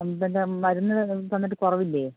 ഇപ്പം എന്താണ് മരുന്ന് തന്നിട്ട് കുറവില്ലേ